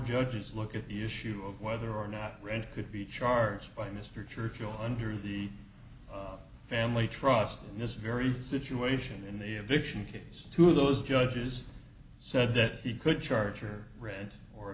judges look at the issue of whether or not rand could be charged by mr churchill under the family trust and this very situation in the vision case two of those judges said that he could charge or rent or